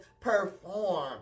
perform